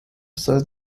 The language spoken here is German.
soll